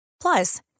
Plus